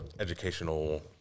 educational